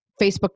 Facebook